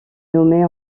nommée